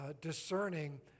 discerning